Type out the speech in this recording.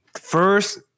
first